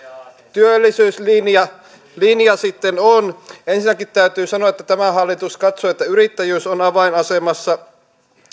työllisyyslinja sitten on ensinnäkin täytyy sanoa että tämä hallitus katsoo että yrittäjyys on avainasemassa